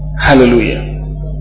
Hallelujah